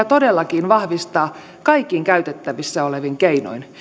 todellakin vahvistaa kaikin käytettävissä olevin keinoin